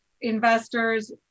investors